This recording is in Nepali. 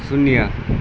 शून्य